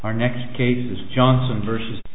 our next cage is johnson versus